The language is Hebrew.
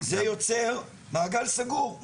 זה יוצר מעגל סגור.